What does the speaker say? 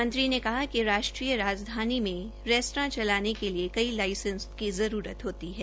मंत्री ने कहा कि राष्ट्रीय राजधानी में रेस्तरा चलाने के लिए कई लाइसेंस होती है